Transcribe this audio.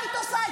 מה היית עושה?